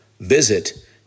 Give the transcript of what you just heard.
Visit